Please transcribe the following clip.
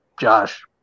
Josh